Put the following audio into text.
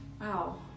Wow